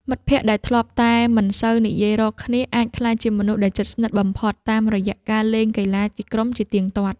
មិត្តភក្តិដែលធ្លាប់តែមិនសូវនិយាយរកគ្នាអាចក្លាយជាមនុស្សដែលជិតស្និទ្ធបំផុតបានតាមរយៈការលេងកីឡាជាក្រុមជាទៀងទាត់។